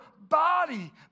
body